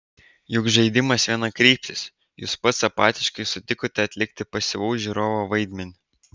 juk žaidimas vienakryptis jūs pats apatiškai sutikote atlikti pasyvaus žiūrovo vaidmenį